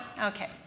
Okay